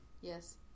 Yes